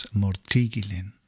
mortigilin